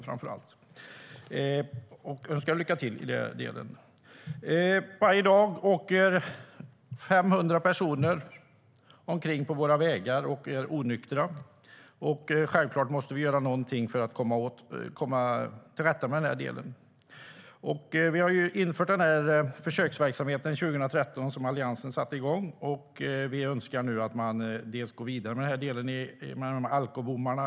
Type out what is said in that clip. Jag önskar ministern lycka till! Varje dag åker 500 personer omkring onyktra på våra vägar. Självklart måste vi göra någonting för att komma till rätta med det. Alliansen satte 2013 igång en försöksverksamhet med alkobommar i våra hamnar. Nu önskar vi att man går vidare.